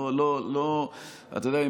אתה יודע,